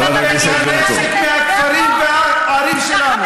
למסור את הנשק מהכפרים והערים שלנו.